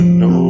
no